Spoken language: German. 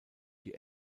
die